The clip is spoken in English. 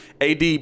ad